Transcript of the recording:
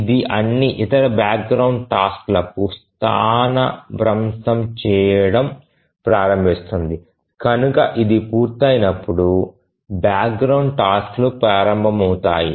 ఇది అన్ని ఇతర బ్యాక్గ్రౌండ్ టాస్క్ లకు స్థానభ్రంశం చేయడం ప్రారంభిస్తుంది కనుక ఇది పూర్తయినప్పుడు బ్యాక్గ్రౌండ్ టాస్క్ లు ప్రారంభమవుతాయి